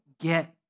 get